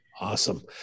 Awesome